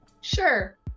sure